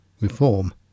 reform